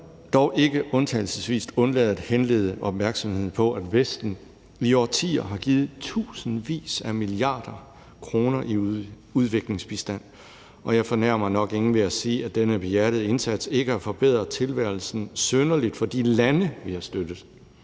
dog ikke undlade at henlede opmærksomheden på, at Vesten i årtier har givet tusindvis af milliarder kroner i udviklingsbistand, og jeg fornærmer nok ingen ved at sige, at denne behjertede indsats ikke har forbedret tilværelsen synderligt for de lande, vi har støttet.